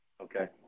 okay